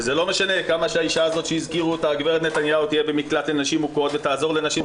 וזה לא משנה כמה הגברת נתניהו תהיה במקלט לנשים מוכות ותעזור לנשים,